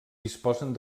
disposen